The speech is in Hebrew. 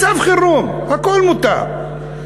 מצב חירום, הכול מותר.